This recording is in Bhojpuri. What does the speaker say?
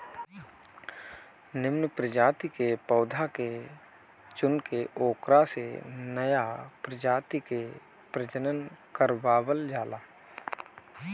निमन प्रजाति के पौधा के चुनके ओकरा से नया प्रजाति के प्रजनन करवावल जाला